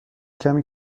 کمی